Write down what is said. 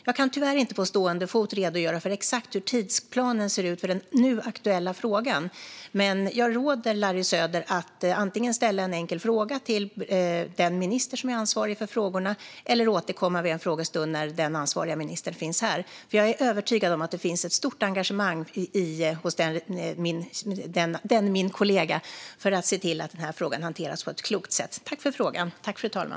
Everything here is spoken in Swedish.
Jag kan tyvärr inte på stående fot redogöra för exakt hur tidsplanen ser ut för den nu aktuella frågan, men jag råder Larry Söder att antingen ställa en enkel fråga till den minister som är ansvarig för frågorna eller återkomma vid en frågestund när den ansvariga ministern finns här. Jag är övertygad om att det finns ett stort engagemang hos min kollega för att se till att frågan hanteras på ett klokt sätt. Jag tackar för frågan.